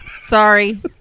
Sorry